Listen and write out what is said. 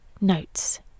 notes